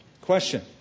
Question